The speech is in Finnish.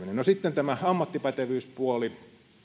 no sitten tämä ammattipätevyyspuoli